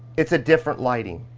it's a different lighting.